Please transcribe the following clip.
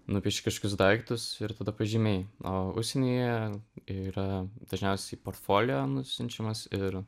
nupieši kažkokius daiktus ir tada pažymiai o užsienyje yra dažniausiai parfolio nusiunčiamas ir